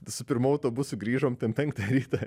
su pirmu autobusu grįžom ten penktą ryto